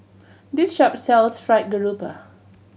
this shop sells Fried Garoupa